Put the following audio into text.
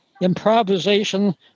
improvisation